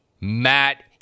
Matt